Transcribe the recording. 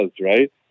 right